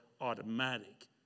automatic